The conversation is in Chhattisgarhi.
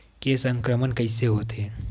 के संक्रमण कइसे होथे?